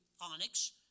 onyx